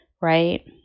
right